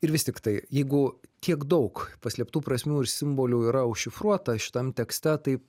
ir vis tiktai jeigu tiek daug paslėptų prasmių ir simbolių yra užšifruota šitam tekste tai